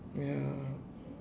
ya